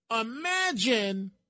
Imagine